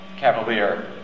cavalier